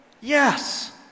Yes